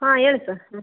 ಹಾಂ ಹೇಳಿ ಸರ್ ಹ್ಞೂ